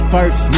First